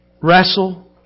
wrestle